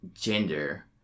gender